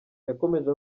yakomeje